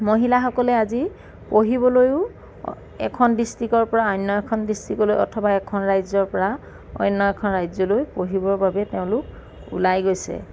মহিলাসকলে আজি পঢ়িবলৈও এখন ডিষ্ট্ৰিক্টৰ পৰা অন্য এখন ডিষ্ট্ৰিক্টলৈ বা এখন ৰাজ্যৰ পৰা অন্য এখন ৰাজ্যলৈ পঢ়িবৰ বাবে তেওঁলোক ওলাই গৈছে